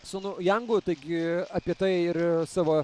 sunu jangu taigi apie tai ir savo